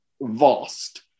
vast